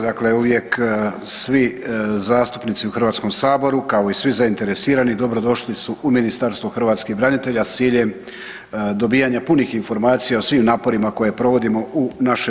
Dakle uvijek svi zastupnici u HS, kao i svi zainteresirani dobro došli su u Ministarstvo hrvatskih branitelja s ciljem dobijanja punih informacija o svim naporima koje provodimo u našem